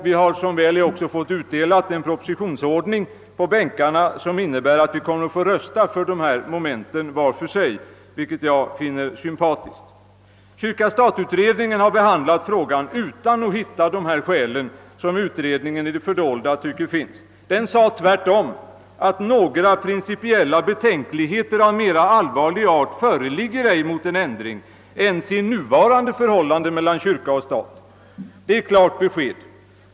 Vi har som väl är också fått utdelat i bänkarna en propositionsordning, som innebär att vi kommer att få rösta för de båda momenten var för sig, vilket jag finner tilltalande. Kyrka—stat-utredningen har behandlat frågan utan att hitta de skäl, som utskottet tycker finns fastän fördolda. Utredningen sade att några principiella betänkligheter av mer allvarlig art inte föreligger mot en ändring ens i nuvarande förhållande mellan kyrka och stat. Det är klart besked.